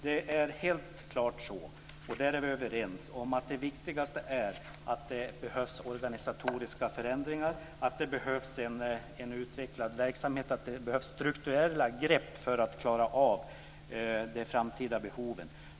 Det är helt klart så, och där är vi överens, att det viktigaste är att det behövs organisatoriska förändringar, att det behövs en utvecklad verksamhet och att det behövs strukturella grepp för att klara de framtida behoven.